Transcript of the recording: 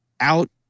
out